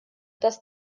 dass